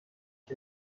است